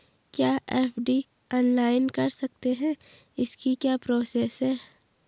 क्या FD online कर सकते हैं इसकी क्या प्रोसेस है?